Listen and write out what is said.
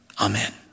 Amen